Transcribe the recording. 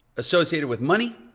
associate it with money,